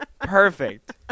Perfect